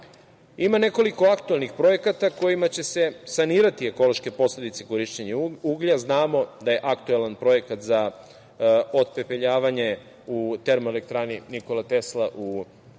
nekoliko aktuelnih projekata kojima će se sanirati ekološke posledice korišćenja uglja. Znamo da je aktuelan projekat za otpepeljavanje u termoelektrani „Nikola Tesla“ u Obrenovcu.